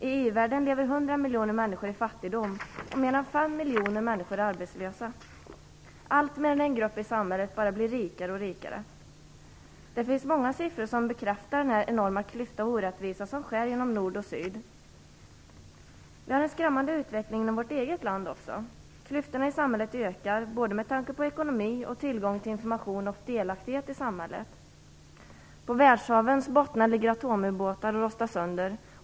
I i-världen lever 100 miljoner människor i fattigdom, och mer än 5 miljoner människor är arbetslösa. Samtidigt blir en grupp i samhället bara rikare och rikare. Det finns många siffror som bekräftar den enorma klyfta av orättvisa som skär genom nord och syd. Vi har även en skrämmande utveckling i vårt eget land. Klyftorna i samhället ökar, med tanke på både ekonomi och tillgång till information och delaktighet i samhället. På världshavens bottnar ligger atomubåtar och rostar sönder.